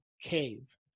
cave